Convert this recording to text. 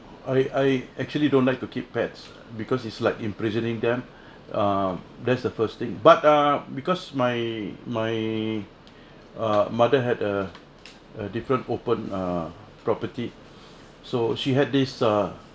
I I actually don't like to keep pets because it's like imprisoning them um that's the first thing but ah because my my uh mother had a a different open uh property so she had this uh